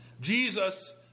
Jesus